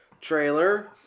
trailer